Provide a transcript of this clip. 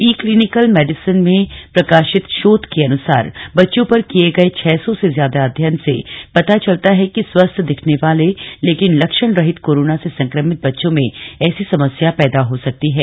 ई clinical medicine में प्रकाशित शोध के अनुसार बच्चों पर किए गए छह सौ से ज्यादा अध्ययन से पता चलता है कि स्वस्थ दिखने वाले लेकिन लक्षण रहित कोरोना से संक्रमित बच्चों में ऐसी समस्या पैदा हो सकती है